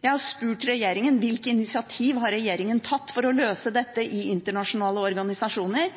Jeg har spurt regjeringen: Hvilke initiativ har regjeringen tatt for å løse dette i internasjonale organisasjoner?